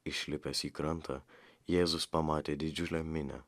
išlipęs į krantą jėzus pamatė didžiulę minią